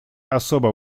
особо